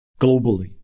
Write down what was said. globally